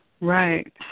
Right